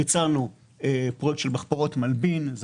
ביצענו פרויקט של מחפורות מלבין זה